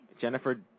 Jennifer